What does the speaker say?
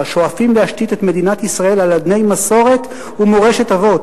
והשואפים להשתית את מדינת ישראל על אדני מסורת ומורשת אבות.